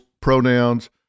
pronouns